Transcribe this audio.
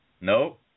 Nope